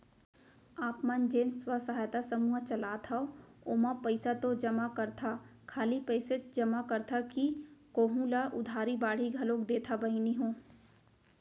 आप मन जेन स्व सहायता समूह चलात हंव ओमा पइसा तो जमा करथा खाली पइसेच जमा करथा कि कोहूँ ल उधारी बाड़ी घलोक देथा बहिनी हो?